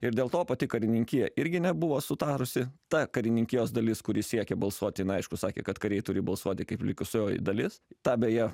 ir dėl to pati karininkija irgi nebuvo sutarusi ta karininkijos dalis kuri siekė balsuoti na aišku sakė kad kariai turi balsuoti kaip likusioji dalis tą beje